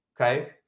okay